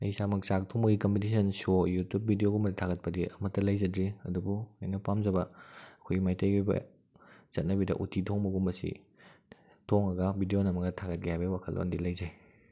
ꯑꯩ ꯏꯁꯥꯃꯛ ꯆꯥꯛ ꯊꯣꯡꯕꯒꯤ ꯀꯝꯄꯤꯇꯤꯁꯟ ꯁꯣ ꯌꯨꯇ꯭ꯌꯨꯞ ꯚꯤꯗꯤꯑꯣꯒꯨꯝꯕ ꯊꯥꯒꯠꯄꯗꯤ ꯑꯃꯠꯇ ꯂꯩꯖꯗ꯭ꯔꯤ ꯑꯗꯨꯕꯨ ꯑꯩꯅ ꯄꯥꯝꯖꯕ ꯑꯩꯈꯣꯏ ꯃꯩꯇꯩꯒꯤ ꯑꯣꯏꯕ ꯆꯠꯅꯕꯤꯗ ꯎꯇꯤ ꯊꯣꯡꯕꯒꯨꯝꯕꯁꯤ ꯊꯣꯡꯉꯒ ꯚꯤꯗꯤꯑꯣ ꯅꯝꯃꯒ ꯊꯥꯒꯠꯀꯦ ꯍꯥꯏꯕꯩ ꯋꯥꯈꯜꯂꯣꯟꯗꯤ ꯂꯩꯖꯩ